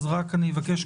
אבקש,